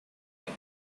años